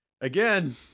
Again